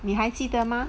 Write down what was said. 你还记得吗